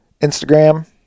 Instagram